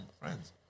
Friends